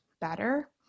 better